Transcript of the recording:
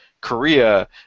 Korea